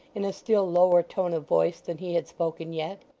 in a still lower tone of voice than he had spoken yet,